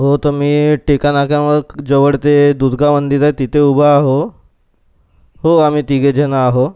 हो तर मी टेका नाक्यावर जवळ ते दुर्गा मंदिर आहे तिथे उभा आहे हो आम्ही तिघेजण आहे